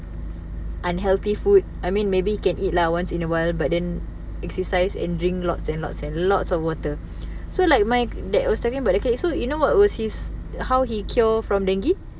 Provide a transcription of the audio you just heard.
unhealthy food I mean maybe can eat lah once in a while but then exercise and drink lots and lots and lots of water so like my that I was talking about that case so you know what was his how he cure from dengue